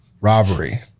Robbery